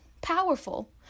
powerful